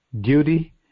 duty